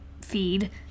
feed